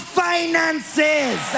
finances